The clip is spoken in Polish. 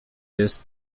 jest